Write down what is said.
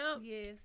Yes